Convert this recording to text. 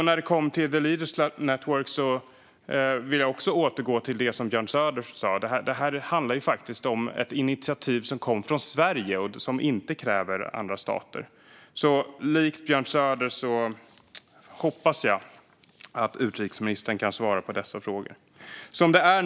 När det kommer till the Leaders Network vill jag återkomma till det som Björn Söder sa, nämligen att detta faktiskt handlar om ett initiativ som kom från Sverige och som inte kräver andra stater. Likt Björn Söder hoppas jag därför att utrikesministern kan svara på dessa frågor.